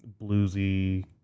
bluesy